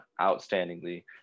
outstandingly